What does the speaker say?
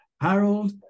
Harold